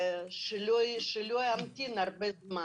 שלא ימתינו הרבה זמן.